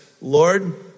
Lord